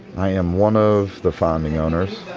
i am one of the founding owners,